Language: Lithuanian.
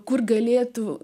kur galėtų